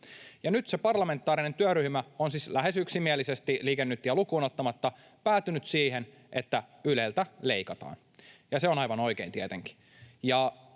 nyt se parlamentaarinen työryhmä on siis lähes yksimielisesti, Liike Nytiä lukuun ottamatta, päätynyt siihen, että Yleltä leikataan, ja se on aivan oikein tietenkin.